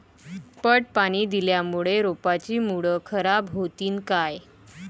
पट पाणी दिल्यामूळे रोपाची मुळ खराब होतीन काय?